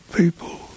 people